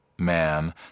man